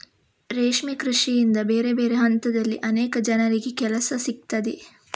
ರೇಷ್ಮೆ ಕೃಷಿಯಿಂದ ಬೇರೆ ಬೇರೆ ಹಂತದಲ್ಲಿ ಅನೇಕ ಜನರಿಗೆ ಕೆಲಸ ಸಿಗ್ತದೆ